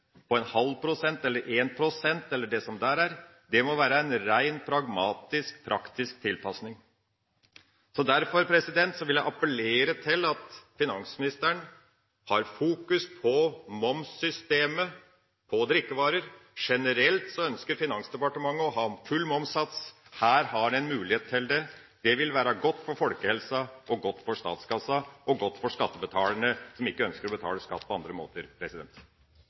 halv prosent eller en prosent, eller det som der er. Det må være en ren pragmatisk, praktisk tilpasning. Derfor vil jeg appellere til at finansministeren har fokus på momssystemet for drikkevarer. Generelt ønsker Finansdepartementet å ha full momssats, og her har de en mulighet til det. Det vil være godt for folkehelsen, godt for statskassa og godt for skattebetalerne som ikke ønsker å betale skatt på andre måter.